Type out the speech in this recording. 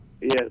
Yes